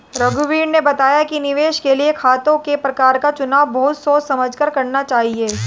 रघुवीर ने बताया कि निवेश के लिए खातों के प्रकार का चुनाव बहुत सोच समझ कर करना चाहिए